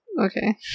Okay